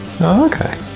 Okay